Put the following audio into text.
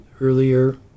earlier